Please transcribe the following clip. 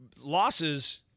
losses